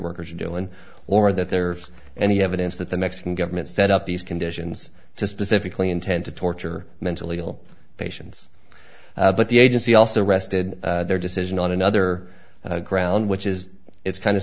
workers are doing or that there is any evidence that the mexican government set up these conditions to specifically intend to torture mentally ill patients but the agency also rested their decision on another ground which is it's kind of